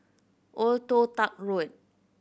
Old Toh Tuck Road